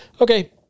okay